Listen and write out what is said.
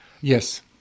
Yes